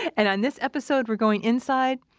and on this episode, we're going inside.